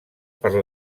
per